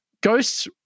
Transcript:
Ghosts